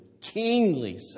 kingly